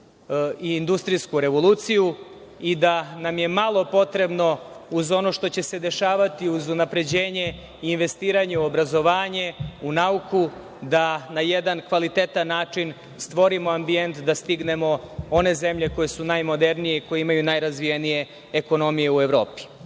i industrijsku revoluciju i da nam je malo potrebno, uz ono što će se dešavati uz unapređenje i investiranje u obrazovanje, u nauku, da na jedan kvalitetan način stvorimo ambijent da stignemo one zemlje koje su najmodernije, koje imaju najrazvijenije ekonomije u Evropi. Ono